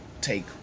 take